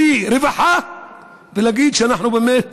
בלי רווחה, ולהגיד שבאמת